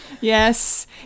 yes